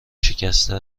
شکسته